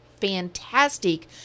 fantastic